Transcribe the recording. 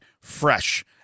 fresh